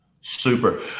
Super